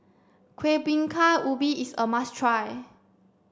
Kueh Bingka Ubi is a must try